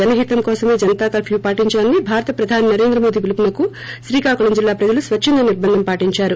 జనహితం కోసమే జనతా కర్న్నూ పాటించాలని భారత ప్రధాని నరేంద్ర మోడీ పిలుపునకు శ్రీకాకుళం జిల్లా ప్రజలు స్వచ్చంధ నిర్బంధం పాటిందారు